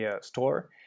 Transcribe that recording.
store